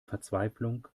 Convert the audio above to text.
verzweiflung